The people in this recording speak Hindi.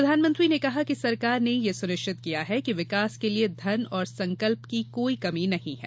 प्रधानमंत्री ने कहा कि सरकार ने यह सुनिश्चित किया है कि विकास के लिए धन और संकल्प की कोई कमी नहीं है